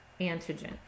antigen